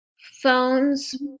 phones